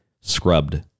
scrubbed